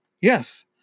Yes